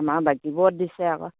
আমাৰ বাকীবোৰত দিছে আকৌ